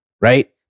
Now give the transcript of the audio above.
Right